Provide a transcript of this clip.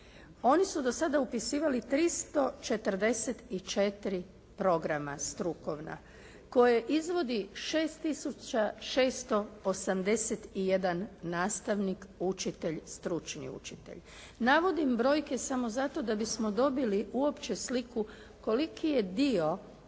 Oni su do sada upisivali 344 programa strukova koje izvodi 6 tisuća 681 nastavnik učitelj, stručni učitelj. Navodim brojke samo zato da bismo dobili uopće sliku koliki je dio upravo